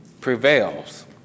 prevails